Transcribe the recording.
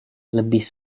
lebih